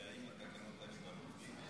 והאם התקנות האלה, כבר עובדים עליהן?